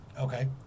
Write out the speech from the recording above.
Okay